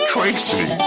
Tracy